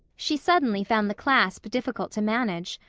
she suddenly found the clasp difficult to manage.